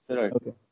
okay